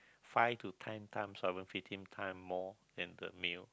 five to ten times or even fifteen time more than the male